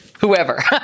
whoever